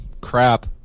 crap